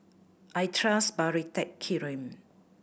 I trust Baritex